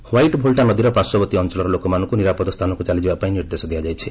white Volta ନଦୀର ପାର୍ଶ୍ୱବର୍ତ୍ତୀ ଅଞ୍ଚଳର ଲୋକମାନଙ୍କୁ ନିରାପଦ ସ୍ଥାନକୁ ଚାଲିଯିବା ପାଇଁ ନିର୍ଦ୍ଦେଶ ଦିଆଯାଇଛି